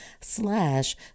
slash